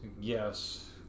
Yes